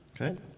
Okay